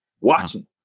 watching